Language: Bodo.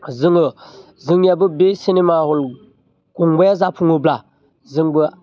जोङो जोंनियाबो बे सिनेमा हल गंबाया जाफुङोब्ला जोंबो